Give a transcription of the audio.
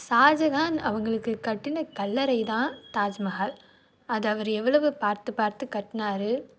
ஷாஜகான் அவங்களுக்கு கட்டுன கல்லறை தான் தாஜ்மஹால் அதை அவர் எவ்வளவு பார்த்து பார்த்து கட்டுனாரு